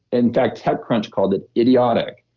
in fact techcrunch called it idiotic.